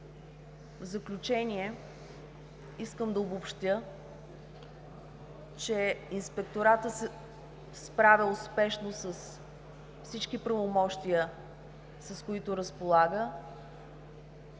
В заключение, искам да обобщя, че Инспекторатът се справя успешно с всички правомощия, с които разполага.